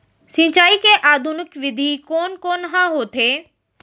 सिंचाई के आधुनिक विधि कोन कोन ह होथे?